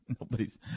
Nobody's